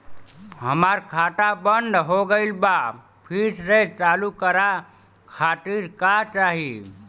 हमार खाता बंद हो गइल बा फिर से चालू करा खातिर का चाही?